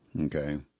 Okay